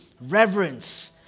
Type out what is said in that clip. reverence